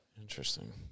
Interesting